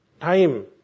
time